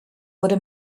wurde